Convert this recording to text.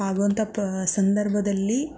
ಆಗುವಂತಹ ಪ್ರ ಸಂದರ್ಭದಲ್ಲಿ